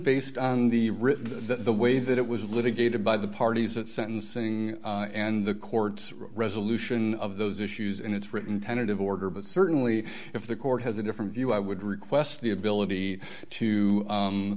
based on the written that the way that it was litigated by the parties at sentencing and the court's resolution of those issues and its written tentative order but certainly if the court has a different view i would request the ability to